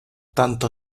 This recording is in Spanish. tanto